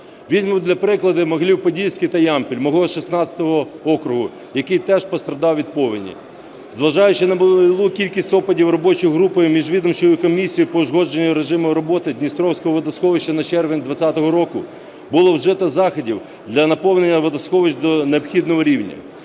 Візьму для прикладу Могилів-Подільський та Ямпіль мого 16 округу, який теж постраждав від повені. Зважаючи на малу кількість опадів, робочою групою і міжвідомчою комісією по узгодженню режиму роботи Дністровського водосховища на червень 2020 року було вжито заходів для наповнення водосховищ до необхідного рівня.